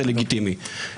זה לגיטימי.